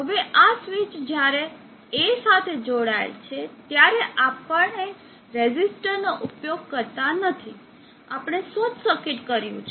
હવે આ સ્વિચ જ્યારે A સાથે જોડાયેલ છે ત્યારે આપણે રેઝિસ્ટર નો ઉપયોગ કરતા નથી આપણે શોર્ટ સર્કિટ કર્યું છે